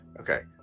Okay